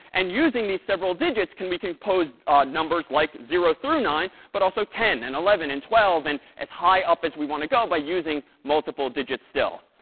and using these several digits, we can pose numbers like zero through nine, but also ten and eleven and twelve, and as high up as we want to go by using multiple digits still.